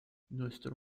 nuestro